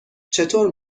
چطور